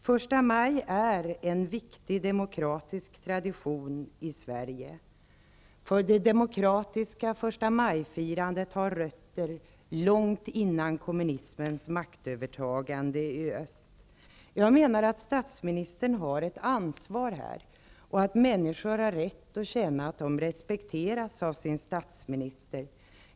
Första maj är en viktig demokratisk tradition i Sverige. Det demokratiska förstamajfirandet har rötter långt innan kommunismens maktövertagande i öst. Jag menar att statsministern har ett ansvar. Människor har rätt att känna att de respekteras av sin statsminister.